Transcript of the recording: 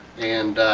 and